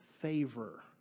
favor